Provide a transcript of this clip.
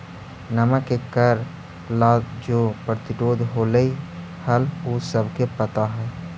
नमक के कर ला जो प्रतिरोध होलई हल उ सबके पता हई